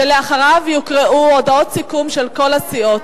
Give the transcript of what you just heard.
ולאחריו יוקראו הודעות סיכום של כל הסיעות.